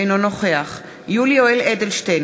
אינו נוכח יולי יואל אדלשטיין,